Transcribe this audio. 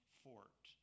fort